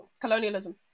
Colonialism